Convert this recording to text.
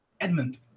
Edmund